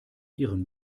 ihrem